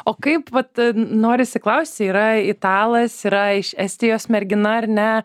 o kaip vat norisi klausti yra italas yra iš estijos mergina ar ne